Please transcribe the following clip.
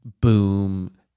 boom